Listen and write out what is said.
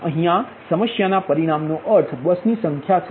અહીયા સમસ્યાના પરિમાણનો અર્થ બસની સંખ્યા છે